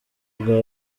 bwa